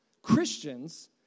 Christians